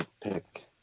pick